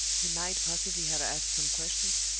he might possibly have asked some questions,